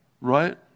Right